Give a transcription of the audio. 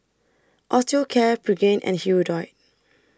Osteocare Pregain and Hirudoid